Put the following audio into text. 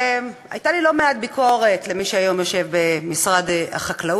הייתה לי לא מעט ביקורת על מי שהיום יושב במשרד החקלאות,